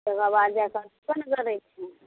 तेकरा बाद जा कऽ छै